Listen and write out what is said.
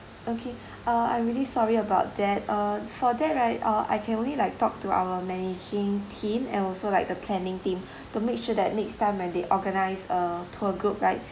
okay uh I'm really sorry about that uh for that right uh I can only like talk to our managing team and also like the planning team to make sure that next time when they organise a tour group right